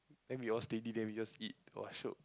then we all steady then we just eat !wah! shiok